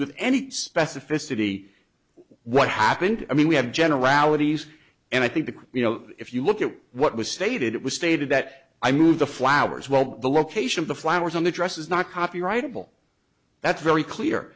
with any specificity what happened i mean we have generalities and i think the you know if you look at what was stated it was stated that i moved the flowers well the location of the flowers on the dresses not copyrightable that's very clear